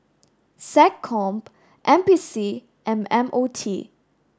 SecCom N P C and M O T